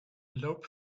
loop